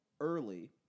early